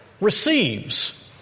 receives